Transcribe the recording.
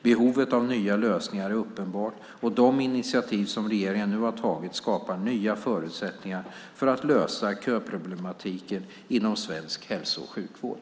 Behovet av nya lösningar är uppenbart, och de initiativ som regeringen nu har tagit skapar nya förutsättningar att lösa köproblematiken inom svensk hälso och sjukvård.